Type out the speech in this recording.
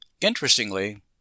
Interestingly